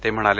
ते म्हणाले